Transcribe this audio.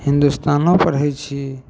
हिन्दुस्तानो पढ़ै छी